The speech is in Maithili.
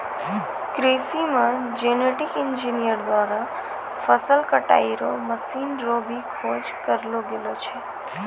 कृषि मे जेनेटिक इंजीनियर द्वारा फसल कटाई रो मशीन रो भी खोज करलो गेलो छै